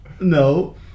No